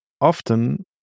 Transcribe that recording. often